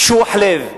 קשוח לב,